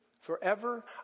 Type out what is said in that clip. forever